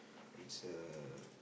it's a